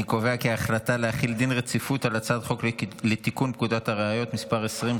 אני קובע כי הצעת החוק לתיקון פקודת בתי הסוהר (מס' 64,